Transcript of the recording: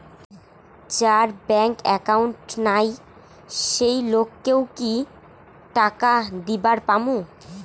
যার bank account নাই সেই লোক কে ও কি টাকা দিবার পামু?